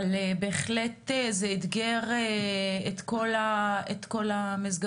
אבל בהחלט זה איתגר את כל המסגרות,